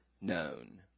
known